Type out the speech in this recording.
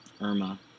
Irma